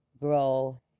grow